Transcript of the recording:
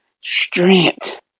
Strength